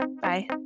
Bye